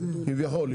כביכול,